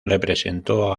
representó